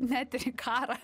net ir į karą